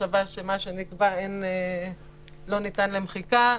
מחשבה שמה שנקבע לא ניתן למחיקה.